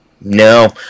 no